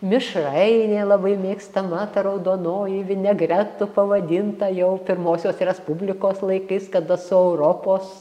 mišrainė labai mėgstama ta raudonoji vinegretu pavadinta jau pirmosios respublikos laikais kada su europos